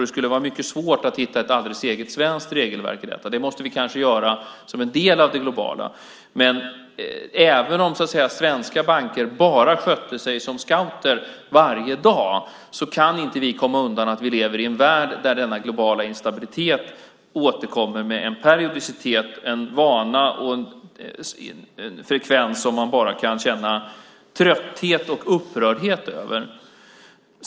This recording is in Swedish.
Det skulle vara mycket svårt att hitta ett alldeles eget svenskt regelverk i detta. Det måste vi kanske göra som en del av det globala. Även om svenska banker sköter sig som scouter varje dag kan vi inte komma undan att vi lever i en värld där denna globala instabilitet återkommer med en periodicitet, en vana och en frekvens som man bara kan känna trötthet och upprördhet över.